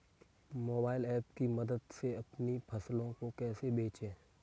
Mobile app की मदद से अपनी फसलों को कैसे बेचें?